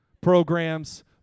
programs